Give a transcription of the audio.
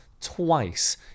twice